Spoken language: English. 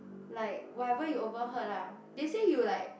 like whatever you overheard ah they say you like